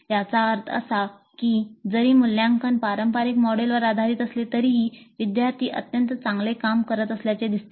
याचा अर्थ असा की जरी मूल्यांकन पारंपारिक मॉडेलवर आधारित असले तरीही विद्यार्थी अत्यंत चांगले काम करत असल्याचे दिसते